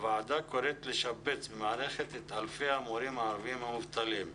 והוועדה קוראת לשבץ במערכת את אלפי המורים הערבים המובטלים.